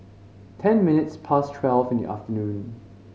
ten minutes past twelve in afternoon